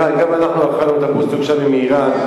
מאירן, גם אנחנו אכלנו את הפיסטוק-שאמי מאירן.